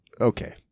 okay